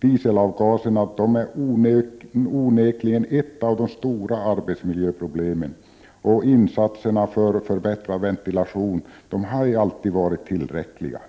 Dieselavgaserna är onekligen ett av de stora arbetsmiljöproblemen, och insatserna för förbättrad ventilation har ej alltid varit tillräckliga.